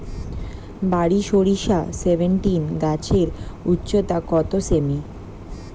বারি সরিষা সেভেনটিন গাছের উচ্চতা কত সেমি?